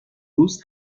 روز